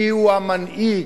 מיהו המנהיג?